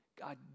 God